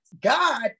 God